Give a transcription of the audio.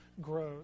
grows